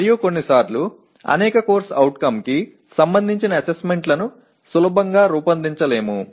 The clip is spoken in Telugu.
మరియు కొన్నిసార్లు అనేక CO కి సంబంధించిన అసెస్మెంట్ లను సులభంగా రూపొందించలేము